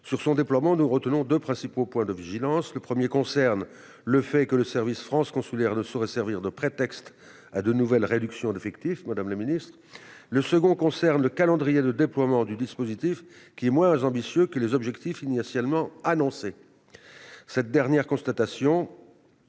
Sur son déploiement, nous retenons deux principaux points de vigilance. Le premier concerne le fait que le service France Consulaire ne saurait servir de prétexte à de nouvelles réductions d'effectifs. Le second a trait au calendrier de déploiement du dispositif, qui est moins ambitieux que les objectifs initialement annoncés. Cette dernière constatation